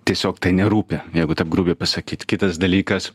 tiesiog tai nerūpi jeigu taip grubiai pasakyt kitas dalykas